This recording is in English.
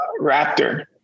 Raptor